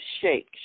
shake